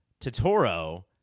Totoro